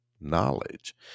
knowledge